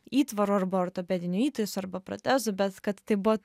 įtvarų arba ortopedinių įtaisų arba protezų bet kad tai buvo